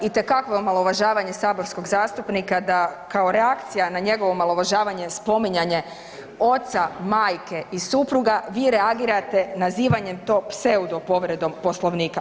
Itekakvo omalovažavanje saborskog zastupnika da kao reakcija na njegovo omalovažavanje spominjanje oca, majke i supruga vi reagirate nazivanjem to pseudo povredom Poslovnika.